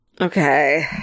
Okay